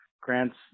Grant's